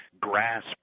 grasp